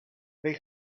they